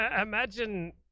imagine